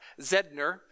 Zedner